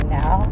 now